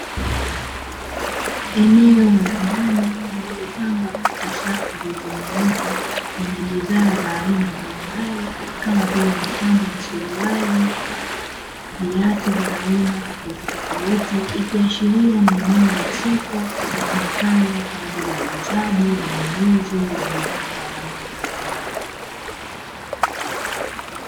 Eneo la ndani lililopangwa katika safu zilizonyonyika zenye bidhaa za aina mbalimbali kama vile mikanda ya suruali, viatu vya aina tofauti tofauti ikiashiria ni eneo la soko litumikalo kwa ajili ya uuzaji na ununuzi wa bidhaa mbalimbali.